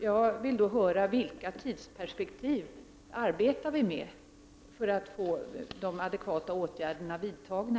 Jag vill höra vilka tidsperspektiv vi arbetar med för att få de adekvata åtgärderna vidtagna.